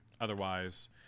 otherwise